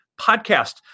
podcast